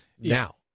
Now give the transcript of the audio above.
now